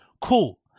cool